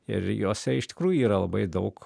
ir jose iš tikrųjų yra labai daug